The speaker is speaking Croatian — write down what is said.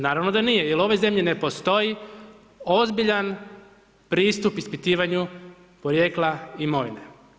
Naravno da nije jer u ovoj zemlji ne postoji ozbiljan pristup ispitivanju porijekla imovine.